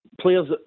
Players